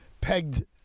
pegged